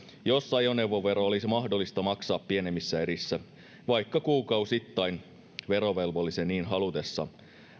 jos ajoneuvovero olisi mahdollista maksaa pienemmissä erissä vaikka kuukausittain verovelvollisen niin halutessa